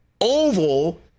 Oval